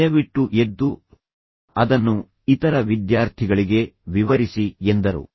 ದಯವಿಟ್ಟು ಎದ್ದು ಅದನ್ನು ಇತರ ವಿದ್ಯಾರ್ಥಿಗಳಿಗೆ ವಿವರಿಸಿ ಎಂದರು